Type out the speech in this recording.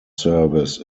service